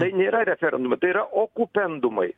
tai nėra referendumai tai yra okupendumai